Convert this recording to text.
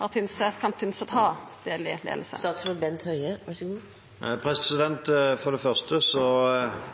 kan Tynset ha stadleg leiing? For det første må jeg igjen minne representanten Toppe om at det